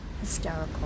hysterical